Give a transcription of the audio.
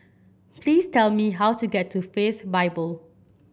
please tell me how to get to Faith Bible